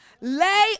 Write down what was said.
lay